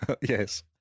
Yes